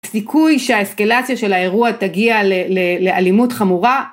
סיכוי שהאסקלציה של האירוע תגיע לאלימות חמורה.